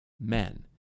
Men